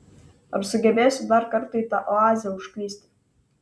ar sugebėsiu dar kartą į tą oazę užklysti